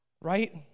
right